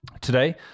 Today